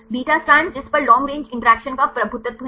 beta strands जिस पर long range interaction का प्रभुत्व है